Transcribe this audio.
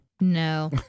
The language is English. No